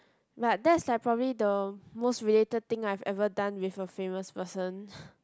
but that's like probably the most related thing I've ever done with a famous person